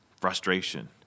frustration